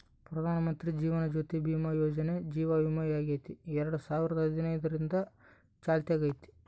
ಪ್ರಧಾನಮಂತ್ರಿ ಜೀವನ ಜ್ಯೋತಿ ಭೀಮಾ ಯೋಜನೆ ಜೀವ ವಿಮೆಯಾಗೆತೆ ಎರಡು ಸಾವಿರದ ಹದಿನೈದರಿಂದ ಚಾಲ್ತ್ಯಾಗೈತೆ